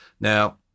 Now